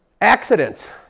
Accidents